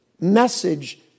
message